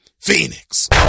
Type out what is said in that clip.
Phoenix